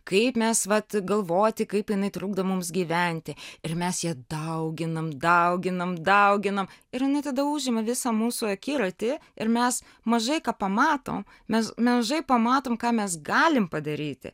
kaip mes vat galvoti kaip jinai trukdo mums gyventi ir mes ją dauginam dauginam dauginam ir jinai tada užima visą mūsų akiratį ir mes mažai ką pamatom mes mažai pamatom ką mes galim padaryti